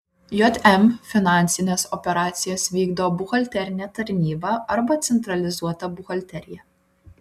jm finansines operacijas vykdo buhalterinė tarnyba arba centralizuota buhalterija